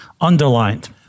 underlined